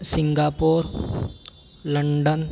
Singapore London